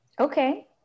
Okay